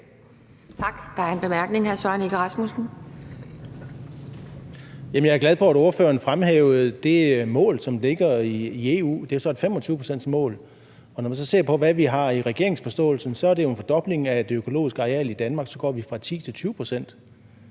Jeg er glad for, at ordføreren fremhævede det mål, som ligger i EU. Det er et 25-procentsmål. Når man så ser på, hvad vi har i regeringsforståelsen, er det jo en fordobling af det økologiske areal i Danmark – vi går fra 10 pct.